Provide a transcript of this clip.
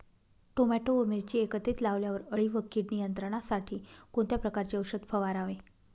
Tomato व मिरची एकत्रित लावल्यावर अळी व कीड नियंत्रणासाठी कोणत्या प्रकारचे औषध फवारावे?